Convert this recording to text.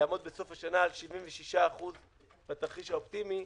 יעמוד בסוף השנה על 76% בתרחיש האופטימי.